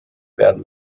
werden